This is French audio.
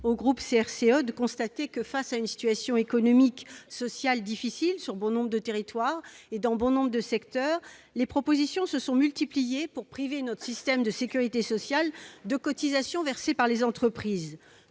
inquiets de constater que, face à une situation économique et sociale difficile pour bon nombre de territoires et dans maints secteurs, les propositions se sont multipliées pour priver notre système de sécurité sociale de cotisations versées par les entreprises,